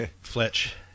Fletch